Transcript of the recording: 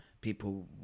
people